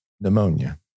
pneumonia